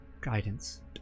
guidance